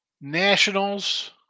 Nationals